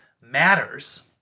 matters